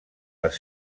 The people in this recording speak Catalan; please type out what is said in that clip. les